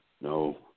no